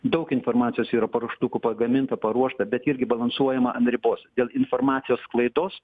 daug informacijos yra paruoštukų pagaminta paruošta bet irgi balansuojama an ribos dėl informacijos sklaidos